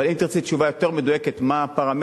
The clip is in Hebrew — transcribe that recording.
אבל אם תרצי תשובה יותר מדויקת מה הפרמטרים,